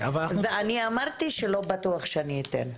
ואני אמרתי שלא בטוח שאני אתן.